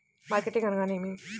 Marketing అనగానేమి?